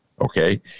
Okay